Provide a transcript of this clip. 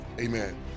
Amen